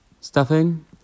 stuffing